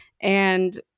And-